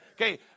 Okay